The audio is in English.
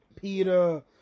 Peter